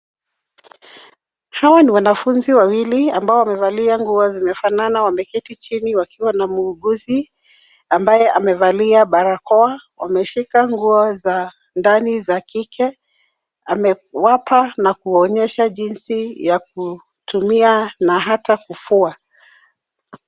Hawa ni wanafunzi wawili ambao wamevalia nguo zinafana. Wameketi chini wakiwa na muuguzi ambaye amevalia barakoa. Ameshika nguo za ndani za kike. Amewapa na kuwaonyesha jinsi ya kutumia na hata kufua.